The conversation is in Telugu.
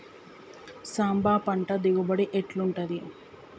సాంబ పంట దిగుబడి ఎట్లుంటది?